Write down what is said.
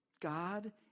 God